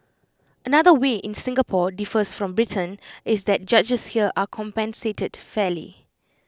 another way in Singapore differs from Britain is that judges here are compensated fairly